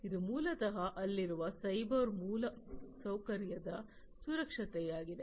ಇದು ಮೂಲತಃ ಅಲ್ಲಿರುವ ಸೈಬರ್ ಮೂಲಸೌಕರ್ಯದ ಸುರಕ್ಷತೆಯಾಗಿದೆ